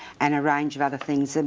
and a range of other things. and